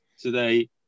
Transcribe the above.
today